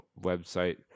website